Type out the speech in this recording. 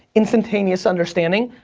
instantaneous understanding.